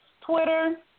Twitter